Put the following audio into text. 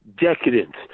decadent